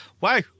Wow